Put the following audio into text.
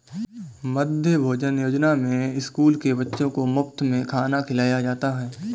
मध्याह्न भोजन योजना में स्कूल के बच्चों को मुफत में खाना खिलाया जाता है